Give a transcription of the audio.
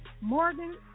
Morgan